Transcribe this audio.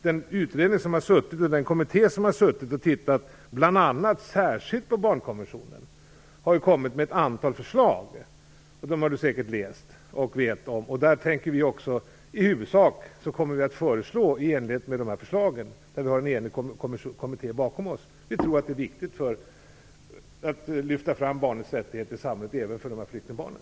Den utredning och den kommitté som bl.a. har tittat särskilt på barnkonventionen har ju lagt fram ett antal förslag, som Ulla Hoffmann säkert har läst. Vi kommer också att lägga fram förslag som i huvudsak stämmer överens med utredningens uppfattning. Vi kommer därmed att ha en enig kommitté bakom oss. Vi tror att det är viktigt att lyfta fram barnens rättigheter i samhället även när det gäller de här flyktingbarnen.